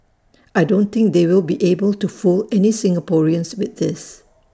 I don't think they will be able to fool any Singaporeans with this